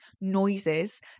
noises